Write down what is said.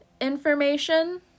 information